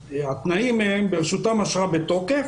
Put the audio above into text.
התנאים הם שתהיה ברשותם אשרה בתוקף,